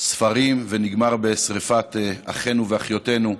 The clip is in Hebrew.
ספרים ונגמר בשרפת אחינו ואחיותינו היהודים.